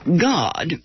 God